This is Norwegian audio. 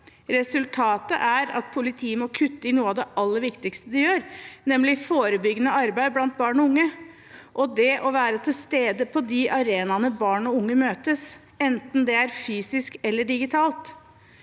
Resultatet er at politiet må kutte i noe av det aller viktigste de gjør, nemlig forebyggende arbeid blant barn og unge og det å være til stede på de arenaene der barn og unge møtes, enten det er fysisk eller digitalt.